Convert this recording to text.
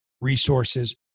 resources